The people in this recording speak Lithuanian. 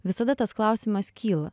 visada tas klausimas kyla